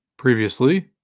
Previously